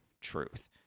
truth